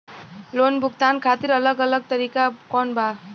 Loan भुगतान खातिर अलग अलग तरीका कौन बा?